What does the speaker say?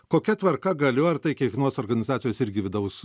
kokia tvarka galiu ar tai kiekvienos organizacijos irgi vidaus